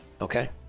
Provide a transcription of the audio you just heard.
Okay